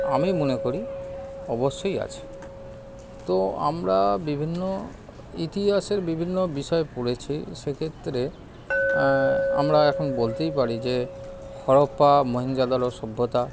আমি মনে করি অবশ্যই আছে তো আমরা বিভিন্ন ইতিহাসের বিভিন্ন বিষয় পড়েছি সেক্ষেত্রে আমরা এখন বলতেই পারি যে হরপ্পা মহেঞ্জোদড়ো সভ্যতা